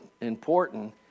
important